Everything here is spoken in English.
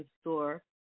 store